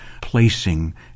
placing